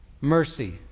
mercy